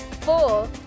four